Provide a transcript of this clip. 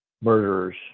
murderers